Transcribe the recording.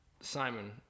simon